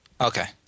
Okay